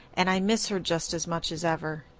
and i miss her just as much as ever.